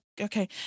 okay